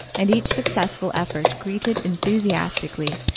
and each successful effort greeted enthusiastically,